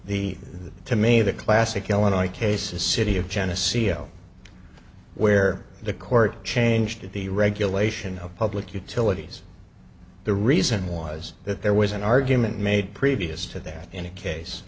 the to me the classic illinois case a city of geneseo where the court changed the regulation of public utilities the reason was that there was an argument made previous to that in a case